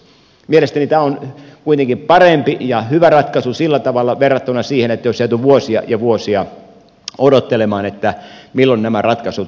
mielestäni tämä on kuitenkin parempi ja hyvä ratkaisu sillä tavalla verrattuna siihen että olisi jääty vuosia ja vuosia odottelemaan milloin nämä ratkaisut syntyvät